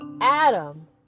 Adam